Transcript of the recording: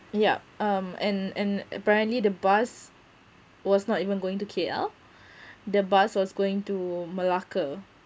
yup um and and apparently the bus was not even going to K_L the bus was going to malacca